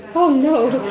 oh no.